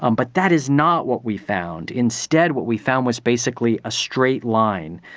um but that is not what we found. instead what we found was basically a straight line.